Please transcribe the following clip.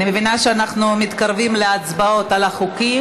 אני מבינה שאנחנו מתקרבים להצבעות על החוקים,